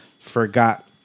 forgot